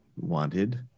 wanted